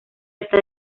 está